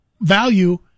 value